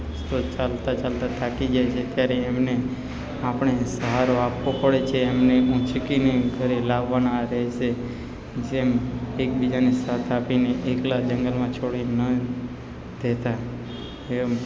દોસ્તો ચાલતા ચાલતા થાકી જાય છે ત્યારે એમને આપણે સહારો આપવો પડે છે એમને ઊંચકીને ઘરે લાવવાના રહે છે જેમ એકબીજાને સાથ આપીને એકલા જંગલમાં છોડી ન દેતા એમ